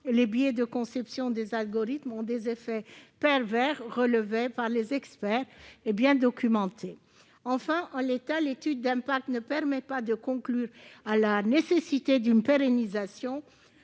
les biais de conception des algorithmes ont des effets pervers relevés par les experts et bien documentés. Enfin, en l'état, l'étude d'impact ne permet pas de conclure à la nécessité de pérenniser